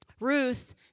Ruth